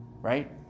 right